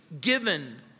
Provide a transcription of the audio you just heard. given